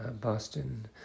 Boston